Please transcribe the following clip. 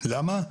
למה?